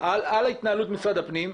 על התנהלות משרד הפנים,